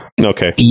Okay